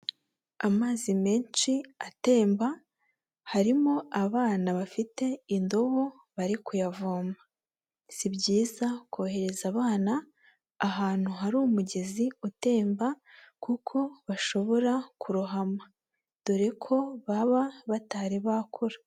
Amazi menshi atemba, harimo abana bafite indobo bari kuyavoma, si byiza kohereza abana ahantu hari umugezi utemba kuko bashobora kurohama, dore ko baba batari bakura.